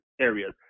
areas